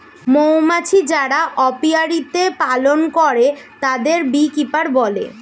মৌমাছি যারা অপিয়ারীতে পালন করে তাদেরকে বী কিপার বলে